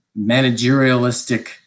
managerialistic